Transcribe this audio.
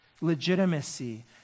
legitimacy